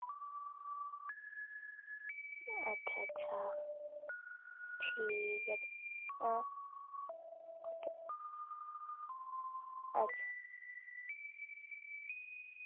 अच्छा अच्छा ठीक ऐ हां अच्छा